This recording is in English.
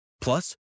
Plus